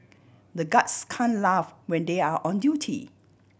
the guards can laugh when they are on duty